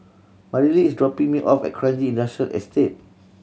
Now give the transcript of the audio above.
Marilee is dropping me off at Kranji Industrial Estate